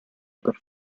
per